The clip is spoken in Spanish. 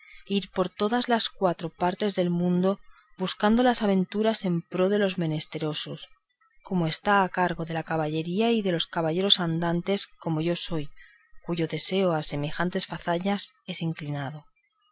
ir por todas las cuatro partes del mundo buscando las aventuras en pro de los menesterosos como está a cargo de la caballería y de los caballeros andantes como yo soy cuyo deseo a semejantes fazañas es inclinado